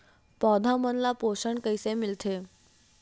पौधा मन ला पोषण कइसे मिलथे?